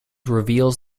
reveals